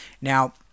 Now